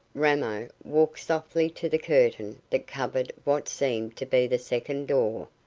ramo walked softly to the curtain that covered what seemed to be the second door,